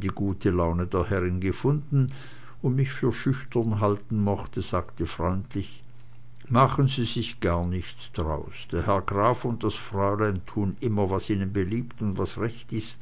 die gute laune der herrin gefunden und mich für schüchtern halten mochte sagte freundlich machen sie sich gar nichts daraus der herr graf und das fräulein tun immer was ihnen beliebt und was recht ist